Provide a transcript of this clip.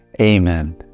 amen